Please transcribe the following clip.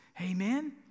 Amen